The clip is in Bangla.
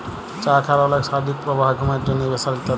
চা খাওয়ার অলেক শারীরিক প্রভাব হ্যয় ঘুমের জন্হে, প্রেসার ইত্যাদি